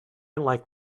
like